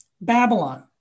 babylon